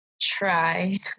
try